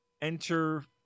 enter